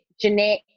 Jeanette